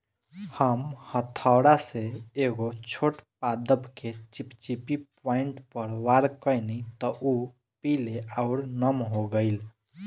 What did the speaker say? हम हथौड़ा से एगो छोट पादप के चिपचिपी पॉइंट पर वार कैनी त उ पीले आउर नम हो गईल